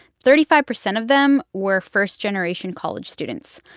thirty five percent of them were first-generation college students.